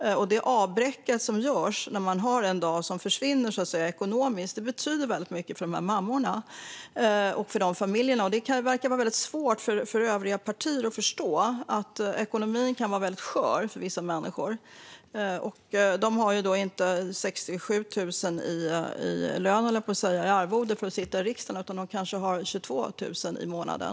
Det ekonomiska avbräck som blir när en dag så att säga försvinner betyder mycket för dessa familjer, men det verkar svårt för övriga partier att förstå att ekonomin kan vara väldigt skör för vissa människor. De har inte 67 000 i arvode för att sitta i riksdagen utan tjänar kanske 22 000 i månaden.